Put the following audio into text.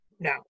Now